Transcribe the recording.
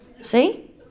See